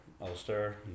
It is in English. ulster